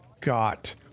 got